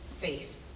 faith